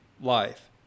life